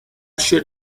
should